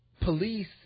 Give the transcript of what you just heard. police